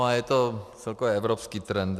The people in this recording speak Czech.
Je to celkově evropský trend.